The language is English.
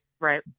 Right